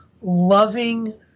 loving